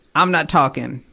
i'm not talking.